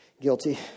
Guilty